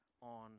on